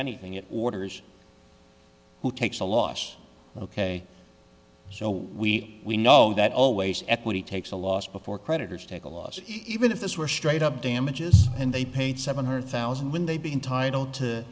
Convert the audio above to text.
anything it orders who takes a loss ok so we we know that always equity takes a loss before creditors take a loss even if this were straight up damages and they paid seven hundred thousand when they be entitled to